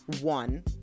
one